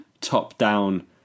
top-down